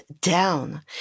down